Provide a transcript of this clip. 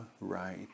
right